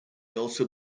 also